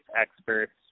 experts